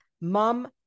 mom